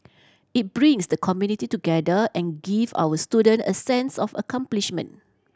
it brings the community together and give our student a sense of accomplishment